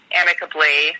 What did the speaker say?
amicably